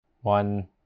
one